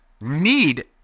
need